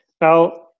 Now